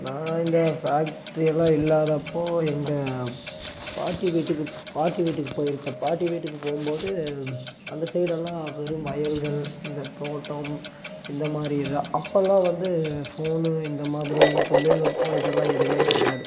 நான் இந்த ஃபேக்ட்ரி எல்லாம் இல்லாதப்போ எங்கள் பாட்டி வீட்டுக்கு பாட்டி வீட்டுக்கு போயிருக்கேன் பாட்டி வீட்டுக்கு போகும் போது அந்த சைடுல்லாம் வெறும் வயல்கள் இந்த தோட்டம் இந்த மாதிரி இது தான் அப்போல்லாம் வந்து ஃபோனு இந்த மாதிரி தொழில்நுட்பம் இதெல்லாம் எதுவுமே கிடையாது